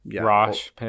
Rosh